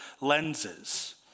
lenses